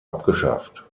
abgeschafft